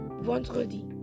vendredi